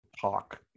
talk